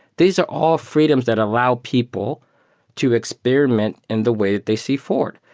these are all freedoms that allow people to experiment in the way that they see forward.